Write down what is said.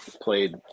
Played